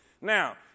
Now